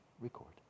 record